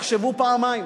יחשבו פעמיים,